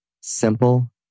simple